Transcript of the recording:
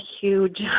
huge